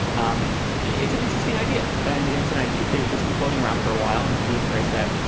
um it's an interesting idea and yeah it's an idea. it's been floating around for a while and he embraced that.